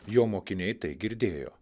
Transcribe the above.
jo mokiniai tai girdėjo